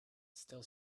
still